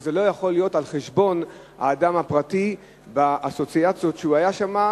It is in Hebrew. אבל זה לא יכול להיות על חשבון האדם הפרטי והאסוציאציות שהוא היה שם,